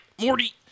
Morty